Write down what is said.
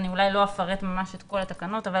אני לא אפרט את כל התקנות אבל